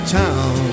town